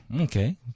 Okay